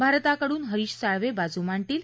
भारताकडून हरीश साळवे बाजू मांडतील